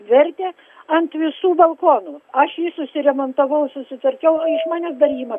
vertę ant visų balkonų aš jį susiremontavau susitvarkiau iš manęs dar ima